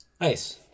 Nice